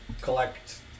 collect